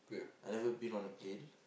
I never been on a plane